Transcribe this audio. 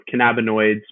cannabinoids